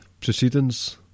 proceedings